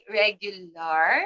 regular